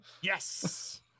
yes